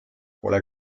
pole